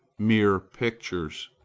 mere pictures.